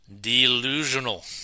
Delusional